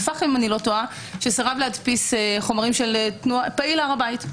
פאחם איני טועה שסירב להדפיס חומרים של פעיל הר הבית.